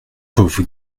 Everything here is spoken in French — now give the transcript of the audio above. pauvre